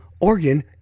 organ